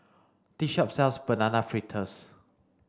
this shop sells banana fritters